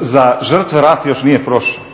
Za žrtve rat još nije prošao